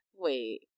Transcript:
Wait